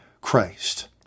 Christ